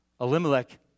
Elimelech